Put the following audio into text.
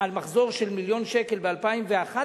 על מחזור של מיליון שקל ב-2011,